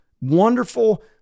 wonderful